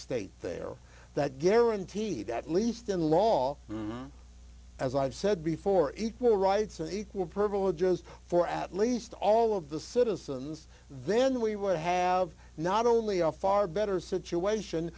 state there that guaranteed at least in law as i've said before equal rights and equal privileges for at least all of the citizens then we would have not only off far better situation